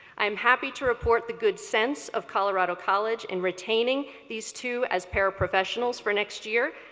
i am happy to report the good sense of colorado college in retaining these two as para-professionals for next year,